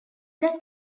that